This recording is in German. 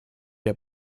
der